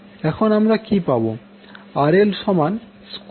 আমরা এখানে XL সমান 0 বসাবো